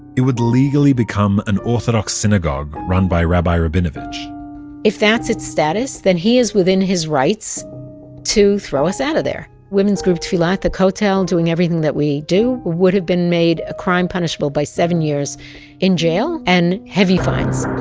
it would legally become an orthodox synagogue run by rabbi rabinowitz if that's its status, then he is within his rights to throw us out of there. women's group tefillah at the kotel, doing everything that we do, would have been made a crime punishable by seven years in jail and heavy fines